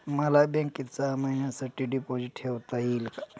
मला बँकेत सहा महिन्यांसाठी डिपॉझिट ठेवता येईल का?